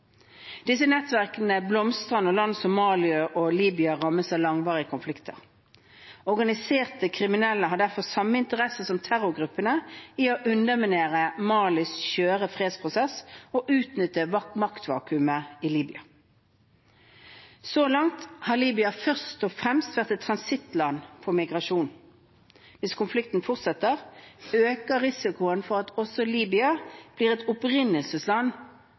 Disse nettverkene blomstrer når land som Mali og Libya rammes av langvarige konflikter. Organiserte kriminelle har derfor samme interesse som terrorgruppene i å underminere Malis skjøre fredsprosess og utnytte maktvakuumet i Libya. Så langt har Libya først og fremst vært et transittland for migrasjon. Hvis konflikten fortsetter, øker risikoen for at også Libya blir et opprinnelsesland